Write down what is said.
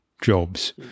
jobs